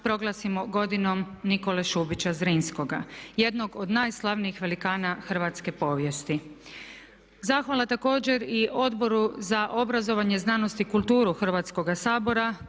proglasimo godinom Nikole Šubića Zrinskoga. Jednog od najslavnijih velikana hrvatske povijesti. Zahvala također i Odboru za obrazovanje, znanost i kulturu Hrvatskoga sabora